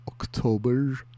October